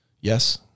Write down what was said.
yes